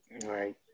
Right